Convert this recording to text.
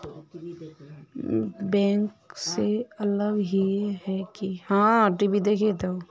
Bank से अलग हिये है की?